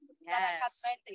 Yes